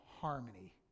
harmony